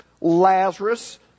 Lazarus